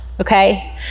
okay